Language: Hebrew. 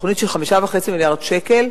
תוכנית של 5.5 מיליארד שקל,